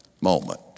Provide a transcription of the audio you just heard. moment